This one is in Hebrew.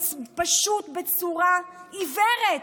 בצורה פשוט עיוורת,